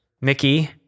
Mickey